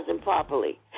properly